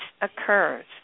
occurs